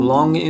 Long